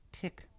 tick